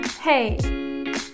Hey